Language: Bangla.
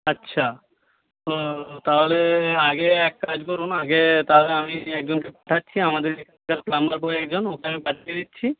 আচ্ছা তো তাহলে আগে এক কাজ করুন আগে তাহলে আমি একজনকে পাঠাচ্ছি আমাদের এখানকার প্লাম্বার বয় একজন ওকে আমি পাঠিয়ে দিচ্ছি